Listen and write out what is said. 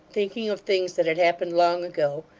thinking of things that had happened long ago,